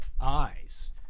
eyes